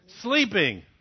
Sleeping